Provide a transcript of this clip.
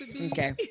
Okay